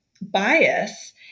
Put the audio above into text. bias